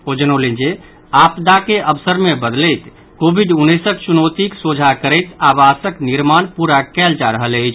ओ जनौलनि जे आपदा के अवसर मे बदलैत कोविड उन्नैसक चुनौतीक सोझा करैत आवासक निर्माण पूरा कयल जा रहल अछि